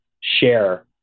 share